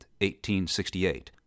1868